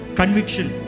conviction।